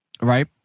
right